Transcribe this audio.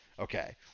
Okay